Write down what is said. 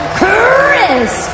Chris